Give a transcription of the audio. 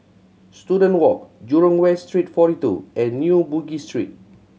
Student Walk Jurong West Street Forty Two and New Bugis Street